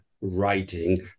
writing